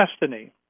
destiny